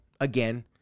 again